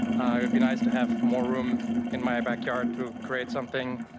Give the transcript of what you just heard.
it would be nice to have more room in my backyard to create something.